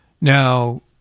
Now